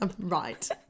Right